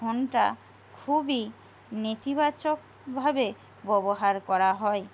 ফোনটা খুবই নেতিবাচকভাবে ব্যবহার করা হয়